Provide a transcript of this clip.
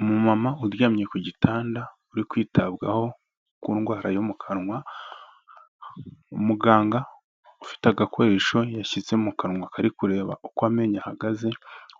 Umumama uryamye ku gitanda, uri kwitabwaho ku ndwara yo mu kanwa, umuganga ufite agakoresho yashyize mu kanwa kari kureba uko amenyo ahagaze,